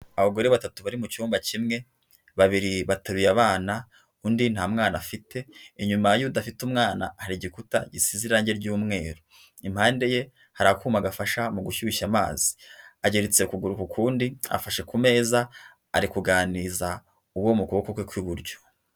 Abagore batatu bari mu cyumba kimwe, babiri bateruye abana, undi nta mwana afite, inyuma y'udafite umwana hari igikuta, irangi ry'umweru impande ye hari akuma gafasha mu gushyushya amazi, ageretse ukuguru ku kundi afashe ku meza ari kuganiriza uwo mu kuboko kwe kw'iburyo.